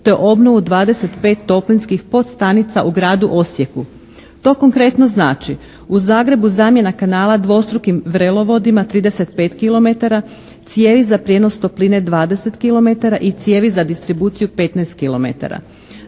te obnovu 25 toplinskih podstanica u gradu Osijeku. To konkretno znači u Zagrebu zamjena kanala dvostrukim vrelovodima 35 kilometara, cijevi za prijenos topline 20 kilometara i cijevi za distribuciju 15